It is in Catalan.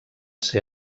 ser